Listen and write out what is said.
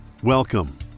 Welcome